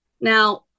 now